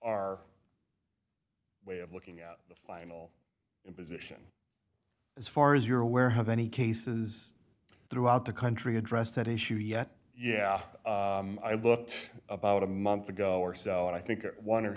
our way of looking at the final imposition as far as you're aware how many cases throughout the country addressed that issue yet yeah i looked about a month ago or so and i think one or